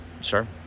sure